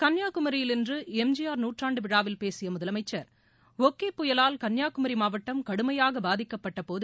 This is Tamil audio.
கன்னியாகுமரியில் இன்று எம் ஜி ஆர் நூற்றாண்டு விழாவில் பேசிய முதலமைச்சர் ஒக்கி புயலால் கன்னியாகுமரி மாவட்டம் கடுமையாக பாதிக்கப்பட்டபோது